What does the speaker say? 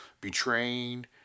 betraying